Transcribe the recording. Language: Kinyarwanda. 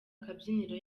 kabyiniro